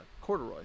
Corduroy